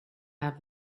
have